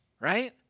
right